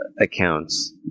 accounts